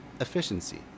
efficiency